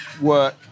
work